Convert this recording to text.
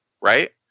right